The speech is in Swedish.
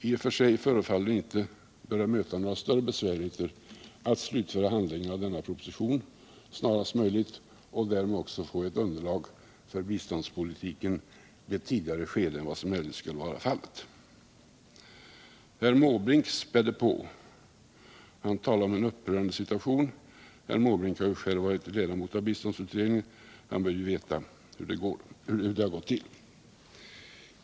I och för sig förefaller det inte behöva möta några stora besvärligheter att slutföra handläggningen av denna proposition snarast möjligt och därmed också få ett underlag för biståndspolitiken i ett tidigare skede än eljest skulle vara fallet. Herr Måbrink spädde på. Han talade om en upprörande situation. Herr Måbrink har själv varit ledamot av biståndsutredningen och bör veta hur det har gått till.